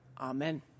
Amen